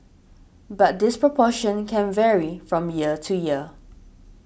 but this proportion can vary from year to year